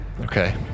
Okay